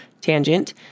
tangent